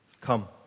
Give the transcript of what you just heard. come